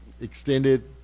extended